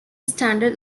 standards